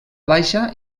baixa